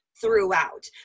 throughout